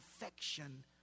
affection